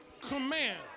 command